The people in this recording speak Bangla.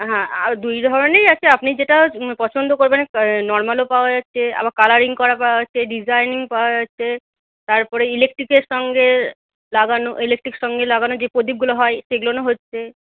হ্যাঁ দুই ধরনেরই আছে আপনি যেটা পছন্দ করবেন এ নরমালও পাওয়া যাচ্ছে আবার কালারিং করা পাওয়া যাচ্ছে ডিজাইনিং পাওয়া যাচ্ছে তারপরে ইলেকট্রিকের সঙ্গে লাগানো ইলেকট্রিক সঙ্গে লাগানো যে প্রদীপগুলো হয় সেগুলো হচ্ছে